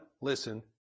listen